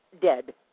dead